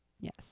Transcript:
Yes